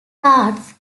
stars